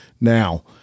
Now